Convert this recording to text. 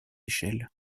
échelle